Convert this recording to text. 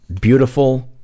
beautiful